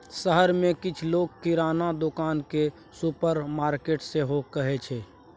शहर मे किछ लोक किराना दोकान केँ सुपरमार्केट सेहो कहै छै